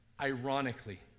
Ironically